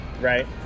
right